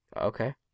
Okay